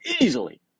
easily